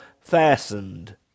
fastened